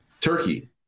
Turkey